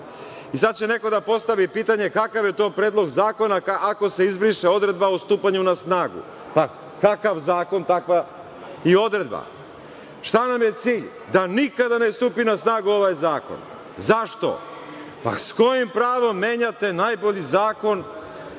Sad će neko da postavi pitanje - kakav je to predlog zakona ako se izbriše odredba o stupanju na snagu? Kakav zakon, takva i odredba. Šta nam je cilj? Da nikada ne stupi na snagu ovaj zakon. Zašto? S kojim pravom menjate najbolji zakon,